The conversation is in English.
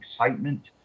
excitement